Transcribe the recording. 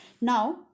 Now